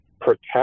protect